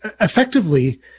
effectively